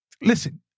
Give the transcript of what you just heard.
listen